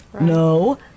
No